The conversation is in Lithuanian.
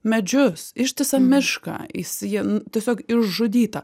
medžius ištisą mišką jis jie tiesiog išžudytą